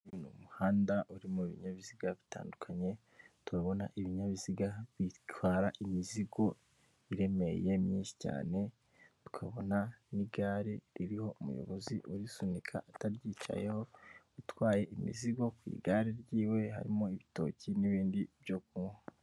Uyu ni umuhanda urimo binyabiziga bitandukanye, tubona ibinyabiziga bitwara imizigo iremereye myinshi cyane, tukabona n'igare ririho umuyobozi urisunika atabyicayeho utwaye imizigo ku igare ryiwe, harimo ibitoki n'ibindi byo kunywa.